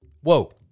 Whoa